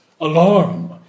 Alarm